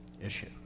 issue